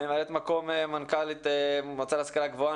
מ"מ מנכ"לית המועצה להשכלה גבוהה.